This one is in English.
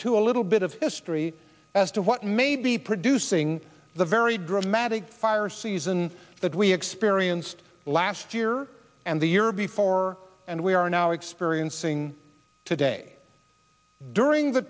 to a little bit of history as to what may be producing the very dramatic fire season that we experienced last year and the year before and we are now experiencing today during the